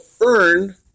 earn